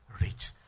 rich